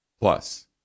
Plus